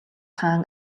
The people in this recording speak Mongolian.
хаан